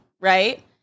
right